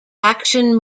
action